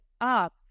up